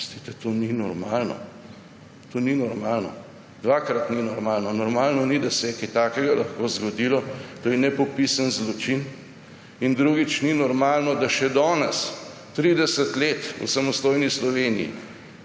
Oprostite, to ni normalno. To ni normalno. Dvakrat ni normalno. Normalno ni, da se je kaj takega lahko zgodilo. To je nepopisen zločin. In drugič ni normalno, da še danes, 30 let v samostojni Sloveniji